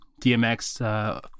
DMX